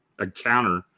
encounter